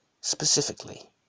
Specifically